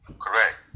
Correct